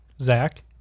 zach